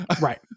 Right